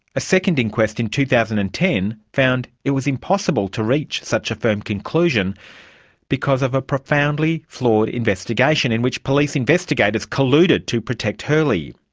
a second inquest in two thousand and ten found it was impossible to reach such a firm conclusion because of a profoundly flawed investigation, in which police investigators colluded to protect hurley.